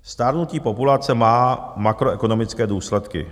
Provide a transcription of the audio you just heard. Stárnutí populace má makroekonomické důsledky.